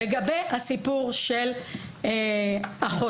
לגבי הסיפור של החוסר.